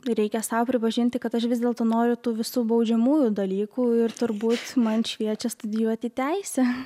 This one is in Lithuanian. reikia sau pripažinti kad aš vis dėlto noriu tų visų baudžiamųjų dalykų ir turbūt man šviečia studijuoti teisę